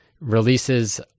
releases